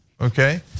okay